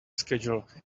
schedule